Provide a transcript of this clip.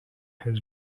has